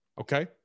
Okay